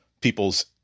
people's